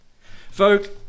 Folk